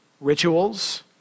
rituals